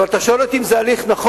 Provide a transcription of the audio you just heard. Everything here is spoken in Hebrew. אבל אתה שואל אותי אם זה הליך נכון?